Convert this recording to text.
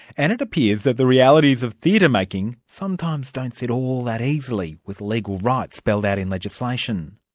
and it appears that the realities of theatre-making sometimes don't sit all that easily with legal rights spelled out in legislation.